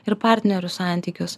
ir partnerių santykius